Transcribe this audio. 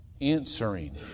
answering